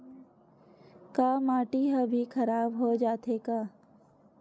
का माटी ह भी खराब हो जाथे का?